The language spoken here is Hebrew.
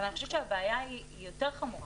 אבל אני חושבת שהבעיה יותר חמורה.